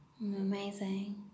Amazing